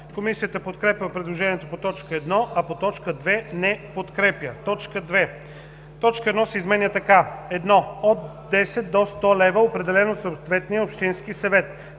Комисията подкрепя предложението по т. 1, а по т. 2 не подкрепя. „2. т. 1 се изменя така: „1. от 10 до 100 лв., определен от съответния общински съвет